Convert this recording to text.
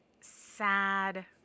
sad